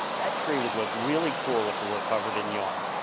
that tree would look really cool if it were covered in yarn.